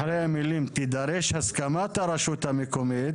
אחרי המילים "תידרש הסכמת הרשות המקומית",